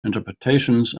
interpretations